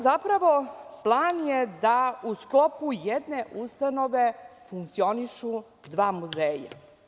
Zapravo, plan je da u sklopu jedne ustanove funkcionišu dva muzeja.